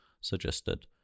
suggested